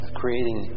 creating